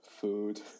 Food